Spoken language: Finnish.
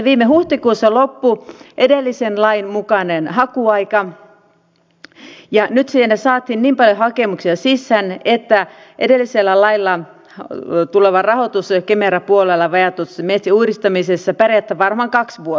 viime huhtikuussa loppui edellisen lain mukainen hakuaika ja nyt siihen saatiin niin paljon hakemuksia sisään että edellisellä lailla tulevalla rahoituksella kemera puolella vajaatuottoisten metsien uudistamisessa pärjätään varmaan kaksi vuotta